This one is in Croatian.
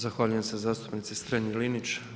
Zahvaljujem se zastupnici STrenji-Linić.